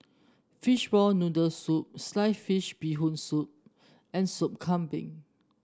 Fishball Noodle Soup Sliced Fish Bee Hoon Soup and Sop Kambing